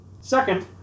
Second